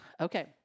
Okay